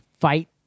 fight